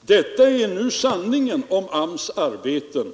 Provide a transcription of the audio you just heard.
Detta är nu sanningen om AMS:s arbeten.